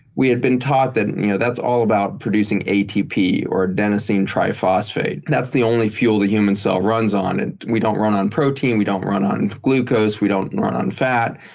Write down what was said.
we had been taught that and you know that's all about producing atp or adenosine triphosphate. that's the only fuel the human cell runs on. and we don't run on protein. we don't run on glucose. we don't run on fat.